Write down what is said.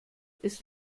ist